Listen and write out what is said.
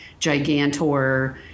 gigantor